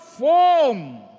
Form